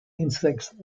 insects